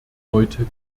heute